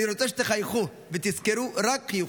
אני רוצה שתחייכו ותזכרו רק חיוכים.